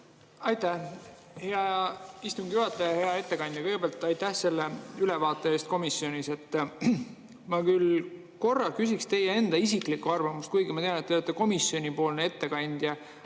Aitäh, hea istungi juhataja! Hea ettekandja! Kõigepealt aitäh selle ülevaate eest komisjonis [toimunust]! Ma küll korra küsiksin teie enda isiklikku arvamust, kuigi ma tean, et te olete komisjoni ettekandja,